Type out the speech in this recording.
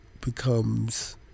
becomes